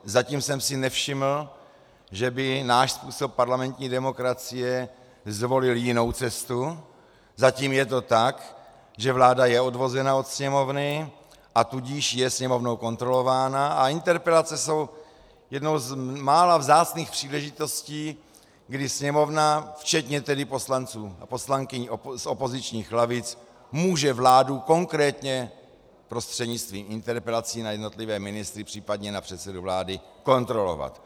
Zatím jsem si nevšiml, že by náš způsob parlamentní demokracie zvolil jinou cestu, zatím je to tak, že vláda je odvozena od Sněmovny, a tudíž je Sněmovnou kontrolována, a interpelace jsou jednou z mála vzácných příležitostí, kdy Sněmovna, včetně tedy poslanců a poslankyň z opozičních lavic, může vládu konkrétně prostřednictvím interpelací na jednotlivé ministry, případně na předsedu vlády, kontrolovat.